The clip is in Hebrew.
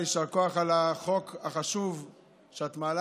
יישר כוח על החוק החשוב שאת מעלה.